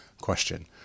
question